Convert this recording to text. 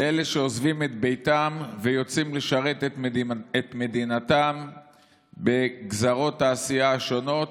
לאלה שעוזבים את ביתם ויוצאים לשרת את מדינתם בגזרות העשייה השונות,